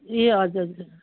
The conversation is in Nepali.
ए हजुर हजुर